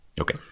Okay